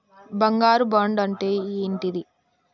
బంగారు బాండు అంటే ఏంటిది?